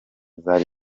zari